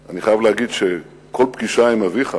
אני חייב להגיד שבכל פגישה עם אביך,